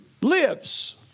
lives